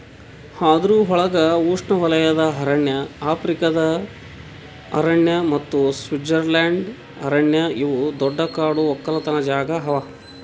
ಅದುರ್ ಒಳಗ್ ಉಷ್ಣೆವಲಯದ ಅರಣ್ಯ, ಆಫ್ರಿಕಾದ ಅರಣ್ಯ ಮತ್ತ ಸ್ವಿಟ್ಜರ್ಲೆಂಡ್ ಅರಣ್ಯ ಇವು ದೊಡ್ಡ ಕಾಡು ಒಕ್ಕಲತನ ಜಾಗಾ ಅವಾ